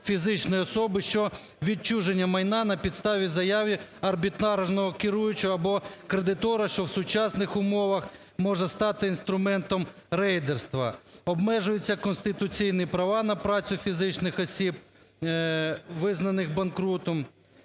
щодо відчуження майна на підставі заяви арбітражного керуючого або кредитора. Що в сучасних умовах може стати інструментом рейдерства. Обмежуються конституційні права на працю фізичних осіб, визнаних банкрутом,